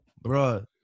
bro